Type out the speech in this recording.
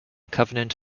covenant